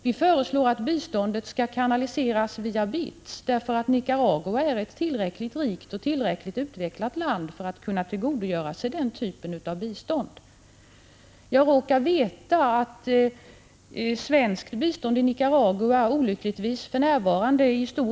Vi föreslår att biståndet skall kanaliseras via BITS därför att Nicaragua är ett tillräckligt rikt och utvecklat land för att kunna tillgodogöra sig den typen av bistånd. Jag råkar veta att det svenska biståndet i Nicaragua för närvarande Prot.